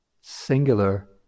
singular